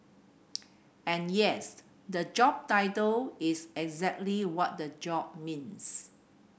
and yes the job title is exactly what the job means